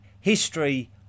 History